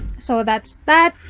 so, that's that.